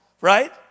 right